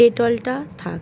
ডেটলটা থাক